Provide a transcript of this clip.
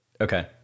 Okay